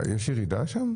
יש ירידה שם?